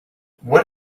what